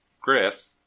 Griff